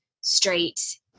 straight